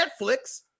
Netflix